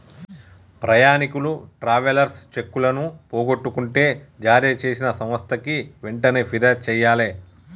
ప్రయాణీకులు ట్రావెలర్స్ చెక్కులను పోగొట్టుకుంటే జారీచేసిన సంస్థకి వెంటనే పిర్యాదు జెయ్యాలే